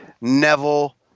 Neville